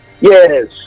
Yes